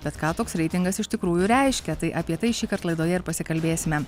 bet ką toks reitingas iš tikrųjų reiškia tai apie tai šįkart laidoje ir pasikalbėsime